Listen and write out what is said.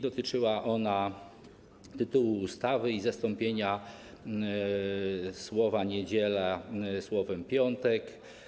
Dotyczyła ona tytułu ustawy i zastąpienia słowa „niedziela”, słowem „piątek”